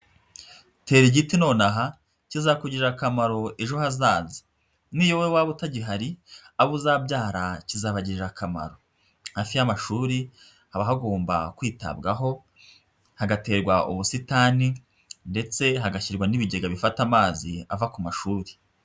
Tera igiti nonaha kizakugirira akamaro ejo hazaza, niyo wowe waba utagihari abo uzabyara kizabagirira akamaro, hafi y'amashuri haba hagomba kwitabwaho, hagaterwa ubusitani ndetse hagashyirwa n'ibigega bifata amazi ava ku mashuri.